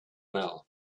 well